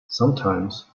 sometimes